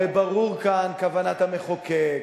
הרי ברורה כאן כוונת המחוקק.